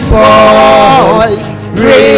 voice